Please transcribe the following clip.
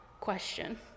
question